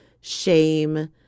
shame